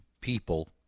people